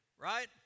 right